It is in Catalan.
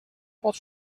pot